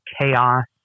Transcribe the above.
chaos